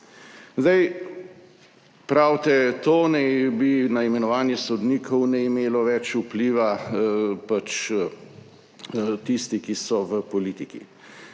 Pravite, to naj na imenovanje sodnikov ne bi imelo več vpliva, pač tisti, ki so v politiki.